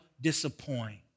disappoint